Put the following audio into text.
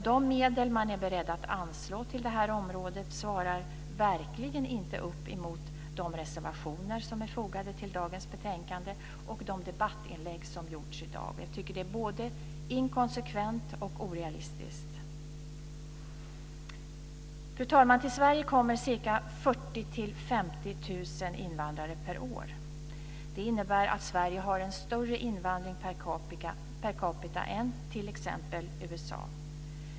De medel man är beredd att anslå på området svarar verkligen inte upp mot de reservationer som är fogade till dagens betänkande och de debattinlägg som har gjorts i dag. Det är både inkonsekvent och orealistiskt. Fru talman! Till Sverige kommer 40 000-50 000 invandrare per år. Det innebär att Sverige har en större invandring per capita än t.ex. USA.